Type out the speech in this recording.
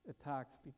attacks